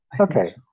Okay